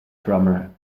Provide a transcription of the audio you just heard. drummer